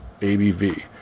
ABV